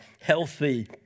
healthy